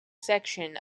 section